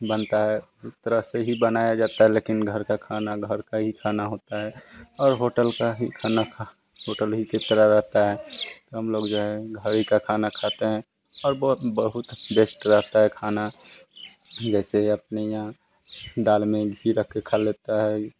बनता है तो उसे तरह से बनाया जाता है लेकिन खाना घर का ही खाना होता है होटल का खाना ही होटल की तरह रहता है हम लोग जो है घर ही का खाना खाते हैं और बहुत बहुत बेस्ट रहता है खाना जैसे अपने यहाँ दाल में घी रख के खा लेता है